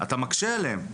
אתה מקשה עליהם.